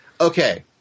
Okay